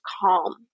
calm